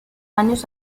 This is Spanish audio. años